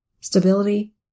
stability